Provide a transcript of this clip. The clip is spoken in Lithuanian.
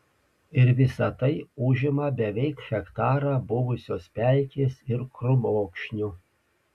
ir visa tai užima beveik hektarą buvusios pelkės ir krūmokšnių